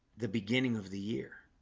the beginning of the year